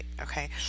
okay